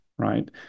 Right